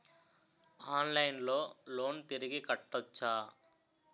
ఆన్లైన్లో లోన్ తిరిగి కట్టోచ్చా?